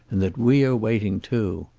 and that we are waiting too.